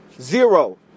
Zero